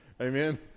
Amen